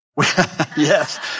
yes